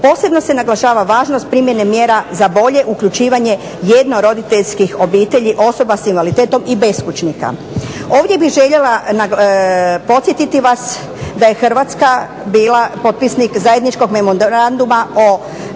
Posebno se naglašava važnost primjene mjera za bolje uključivanje jedno roditeljskih obitelji osoba sa invaliditetom i beskućnika. Ovdje bih željela podsjetiti vas da je Hrvatska bila potpisnik zajedničkog Memoranduma o